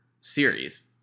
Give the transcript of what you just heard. series